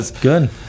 good